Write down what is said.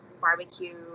barbecue